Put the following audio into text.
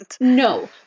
No